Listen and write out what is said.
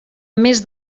més